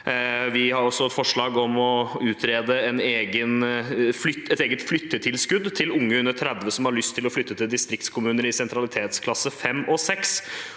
Vi har også et forslag om å utrede et eget flyttetilskudd til unge under 30 år som har lyst til å flytte til distriktskommuner i sentralitetsklasse 5 og 6,